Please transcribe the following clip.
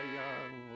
young